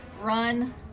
run